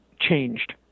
changed